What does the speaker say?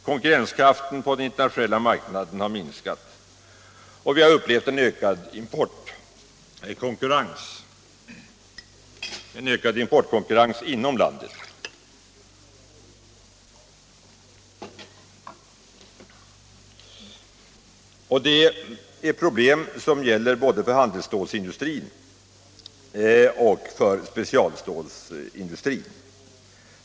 Konkurrenskraften på den internationella marknaden har minskat, och vi har upplevt en ökad importkonkurrens inom landet. Det är problem som gäller både för handelsstålsindustrin och för specialstålsindustrin.